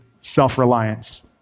self-reliance